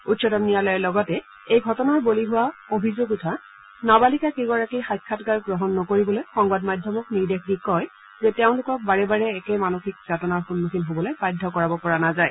উচ্চতম ন্যায়ালয়ে লগতে এই ঘটনাৰ বলি হোৱা অভিষোগ উঠা নাবালিকা কেইগৰাকীৰ সাক্ষাৎকাৰ গ্ৰহণ নকৰিবলৈ সংবাদ মাধ্যমক নিৰ্দেশ দি কয় যে তেওঁলোকক বাৰে বাৰে একে মানসিক যাতনাৰ সম্মুখীন হ'বলৈ বাধ্য কৰাব পৰা নাযায়